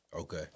Okay